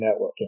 networking